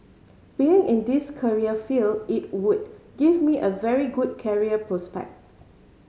being in this career field it would give me a very good career prospects